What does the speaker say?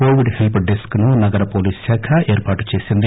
Covid help desk ను నగర పోలీసు శాఖ ఏర్పాటు చేసింది